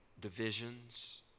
Divisions